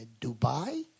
Dubai